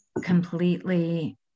completely